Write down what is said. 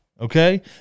okay